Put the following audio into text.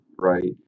right